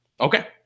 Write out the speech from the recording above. Okay